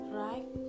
right